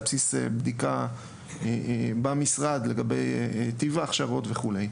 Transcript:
בסיס בדיקה במשרד לגבי טיב ההכשרות וכו'.